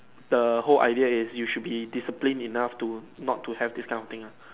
the whole idea is you should be discipline enough to not to have these kind of things ah